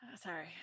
sorry